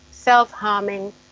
self-harming